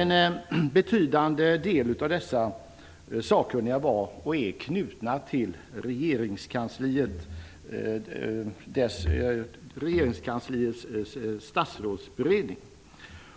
En betydande del av dessa sakkunniga var och är knutna till regeringskansliets statsrådsberedning.